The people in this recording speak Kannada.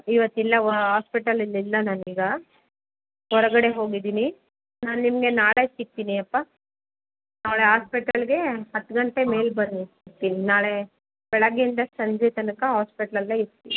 ಇವತ್ತು ಇಲ್ಲ ಹಾಸ್ಪಿಟಲಲ್ಲಿ ಇಲ್ಲ ನಾನೀಗ ಹೊರಗಡೆ ಹೋಗಿದ್ದೀನಿ ನಾನು ನಿಮಗೆ ನಾಳೆ ಸಿಗ್ತೀನಿಯಪ್ಪ ನಾಳೆ ಹಾಸ್ಪಿಟಲ್ಗೆ ಹತ್ತು ಗಂಟೆ ಮೇಲೆ ಬನ್ನಿ ಸಿಗ್ತೀನಿ ನಾಳೆ ಬೆಳಗ್ಗೆಯಿಂದ ಸಂಜೆ ತನಕ ಹಾಸ್ಪಿಟ್ಲಲ್ಲೇ ಇರ್ತೀನಿ